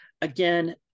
Again